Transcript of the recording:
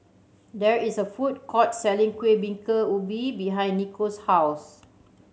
there is a food court selling Kueh Bingka Ubi behind Nico's house